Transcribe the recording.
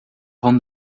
van